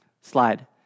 Slide